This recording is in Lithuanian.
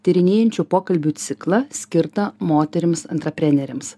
tyrinėjančių pokalbių ciklą skirtą moterims antraprenerėms